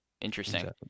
Interesting